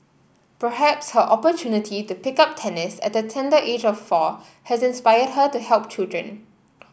perhaps her opportunity to pick up tennis at the tender age of four has inspired her to help children